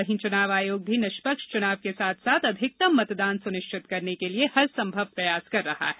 वहीं चुनाव आयोग भी निष्पक्ष चुनाव के साथ साथ अधिकतम मतदान सुनिश्चित कराने के लिए हरसंभव प्रयास कर रहा है